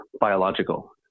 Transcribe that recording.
biological